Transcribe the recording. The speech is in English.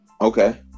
Okay